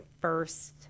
first